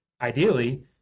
Ideally